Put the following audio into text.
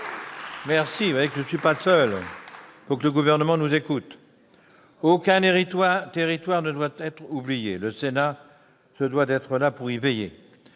je ne suis pas le seul à le penser ! Il faut que le Gouvernement nous écoute. Aucun territoire ne doit être oublié. Le Sénat se doit d'être là pour y veiller.